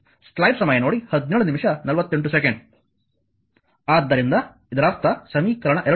ಆದ್ದರಿಂದ i v R1 R2 ಆದ್ದರಿಂದ ಇದರರ್ಥ ಸಮೀಕರಣ 2